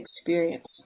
experience